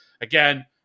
again